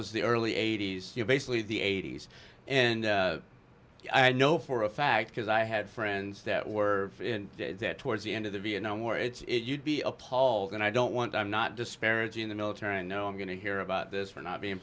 was the early eighty's basically the eighty's and i know for a fact because i had friends that were towards the end of the vietnam war it's you'd be appalled and i don't want i'm not disparity in the military i know i'm going to hear about this for not being